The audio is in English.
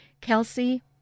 Kelsey